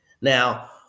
Now